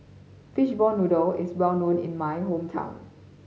fishball noodle is well known in my hometown